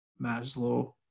maslow